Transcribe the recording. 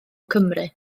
cymru